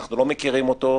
אנחנו לא מכירים אותו,